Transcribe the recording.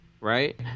Right